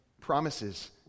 promises